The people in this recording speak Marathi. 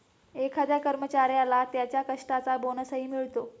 एखाद्या कर्मचाऱ्याला त्याच्या कष्टाचा बोनसही मिळतो